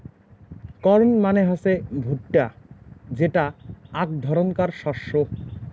corn মানে হসে ভুট্টা যেটা আক ধরণকার শস্য